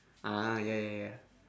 ah ya ya ya